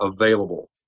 available